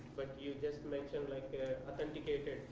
but you just mentioned like authenticated,